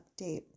update